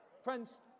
friends